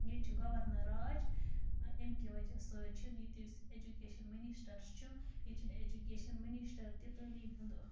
ییٚتہِ چھِ گورنَر راج أمۍ کہ وجہ سۭتۍ چھِنہٕ ییٚتہِ ایٚجوٗکیشَن مٔنِشٹَر چھِ ییٚتہِ چھِنہٕ ایٚجوٗکیشَن مٔنِشٹَر تہِ تعلیٖم ہُنٛد